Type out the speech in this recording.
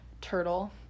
Turtle